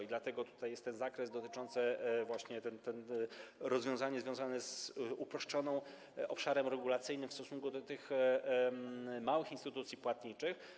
I dlatego tutaj jest ten zakres dotyczący właśnie... to rozwiązanie związane z uproszczoną... z obszarem regulacyjnym odnośnie do tych małych instytucji płatniczych.